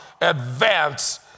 advance